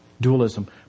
dualism